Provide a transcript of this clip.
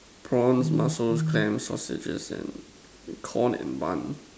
prawn mussels clams sausages and corn and bun